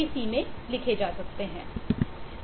सी में लिखे जा सकते है